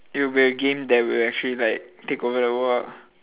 it will be a game that will actually like take over the world ah